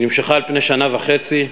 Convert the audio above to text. שנמשך על פני שנה וחצי.